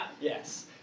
Yes